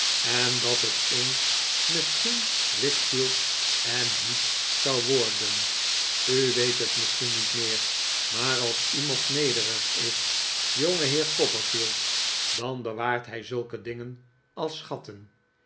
en dat het eens misschien wickfield en heep zou worden u weet het misschien niet meer maar als iemand nederig is jongeheer copperfield dan bewaart hij zulke dingen als schatten